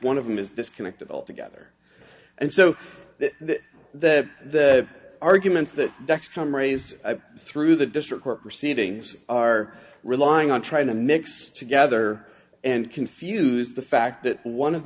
one of them is this connected all together and so that the arguments that next come raised through the district court proceedings are relying on trying to mix together and confuse the fact that one of